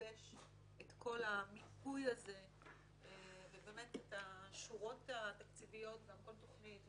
שנגבש את כל המיפוי הזה ואת השורות התקציביות לכל תוכנית,